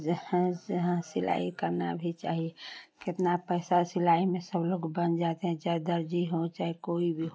सिलाई करना भी चाहिए कितना पैसा सिलाई में सब लोग बन जाते हैं चाहे दर्जी हों चाहे कोई भी हो